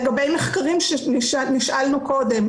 לגבי מחקרים שנשאלנו קודם,